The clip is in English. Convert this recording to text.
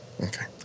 Okay